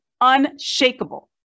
unshakable